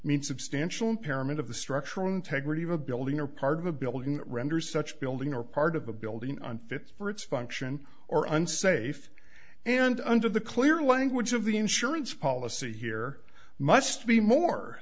means substantial impairment of the structural integrity of a building or part of a building render such building or part of a building unfit for its function or unsafe and under the clear language of the insurance policy here must be more